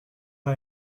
are